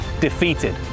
defeated